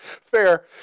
fair